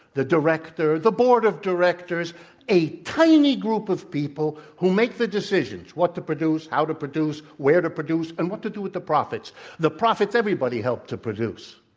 the director, the board of directors a tiny group of people who make the decisions what to produce, how to produce, where to produce, and what to do with the profits the profits everybody helped to produce.